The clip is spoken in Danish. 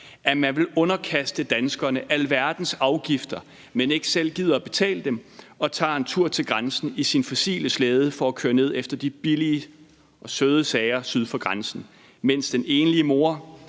at man vil underkaste danskerne alverdens afgifter, men ikke selv gider at betale dem og tager en tur til grænsen i sin fossile slæde for at køre ned efter de billige og søde sager syd for grænsen, mens den enlige mor,